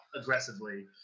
aggressively